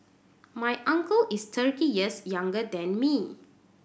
my uncle is thirty years younger than me